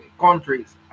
countries